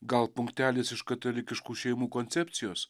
gal punktelis iš katalikiškų šeimų koncepcijos